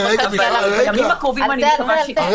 אבל בימים הקרובים אני מקווה שכן.